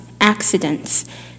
accidents